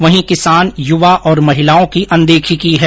वहीं किसान युवा तथा महिलाओं की अनदेखी की है